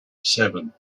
seven